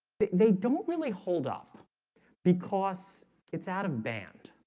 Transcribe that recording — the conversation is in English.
but they don't really hold off because it's out-of-band